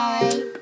Bye